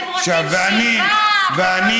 הם רוצים שיבה, וכל מיני דברים.